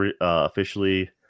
officially